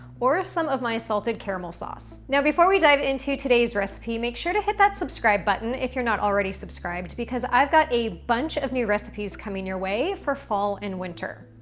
or some of my salted caramel sauce. now before we dive into today's recipe, make sure to hit that subscribe button if you're not already subscribed, because i've got a bunch of new recipes coming your way for fall and winter.